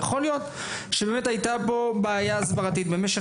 יכול להיות שבאמת הייתה פה בעיה הסברתית במשך